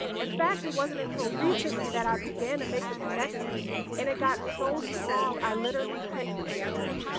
in fact, it wasn't until recently that i began to make the connection and it got so strong i literally couldn't ignore it.